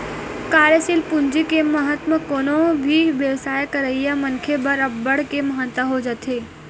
कार्यसील पूंजी के महत्तम कोनो भी बेवसाय करइया मनखे बर अब्बड़ के महत्ता हो जाथे